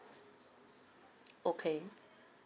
okay